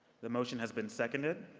the motion has been seconded.